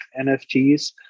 NFTs